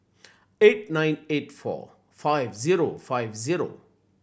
eight nine eight four five zero five zero